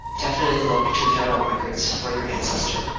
definitely look to federal records for your ancestor,